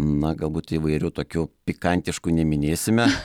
na galbūt įvairių tokių pikantiškų neminėsime